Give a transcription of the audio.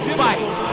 fight